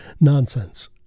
nonsense